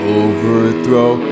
overthrow